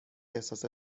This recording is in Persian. احساس